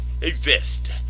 exist